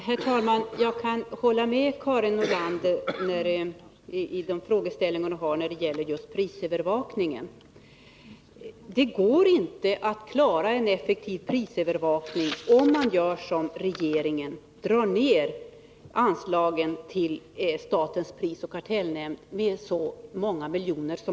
Herr talman! Jag kan hålla med Karin Nordlander i de synpunkter hon har när det gäller just prisövervakningen. Det går inte att klara en effektiv prisövervakning om man gör som regeringen, dvs. drar ner anslagen till statens prisoch kartellnämnd med så många miljoner.